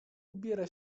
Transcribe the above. ubiera